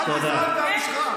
הגזען והמושחת.